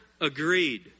agreed